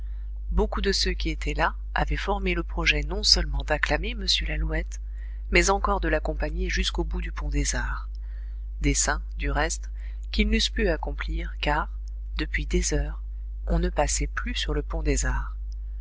beaucoup de ceux qui étaient là avaient formé le projet non seulement d'acclamer m lalouette mais encore de l'accompagner jusqu'au bout du pont des arts dessein du reste qu'ils n'eussent pu accomplir car depuis des heures on ne passait plus sur le pont des arts